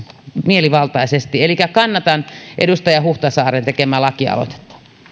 mielivaltaisesti elikkä kannatan edustaja huhtasaaren tekemää lakialoitetta